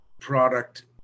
product